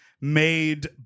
made